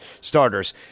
starters